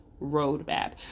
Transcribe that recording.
roadmap